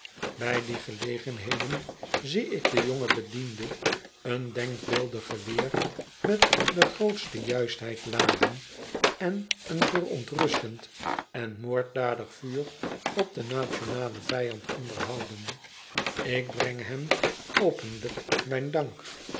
bij die gelegenheden zie ik den jongen bediende oen denkbeeldig geweer met de grootste juistheid laden en een verontrustend en moorddadig vuur op den nationalen vijand onderhouden ik breng hem openlijk mijn dank